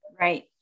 Right